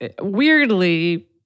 Weirdly